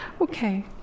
Okay